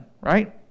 right